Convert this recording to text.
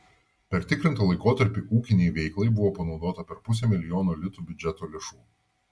per tikrintą laikotarpį ūkinei veiklai buvo panaudota per pusę milijono litų biudžeto lėšų